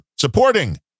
supporting